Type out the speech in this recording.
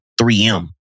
3M